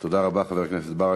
תודה רבה, חבר הכנסת ברכה.